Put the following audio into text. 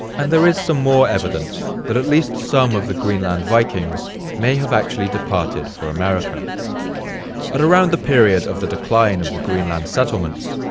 and there is some more evidence that at least some of the greenland vikings may have actually departed for america. at around the period of the decline of the greenland settlements,